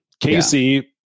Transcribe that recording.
Casey